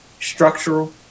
structural